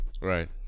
Right